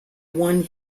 one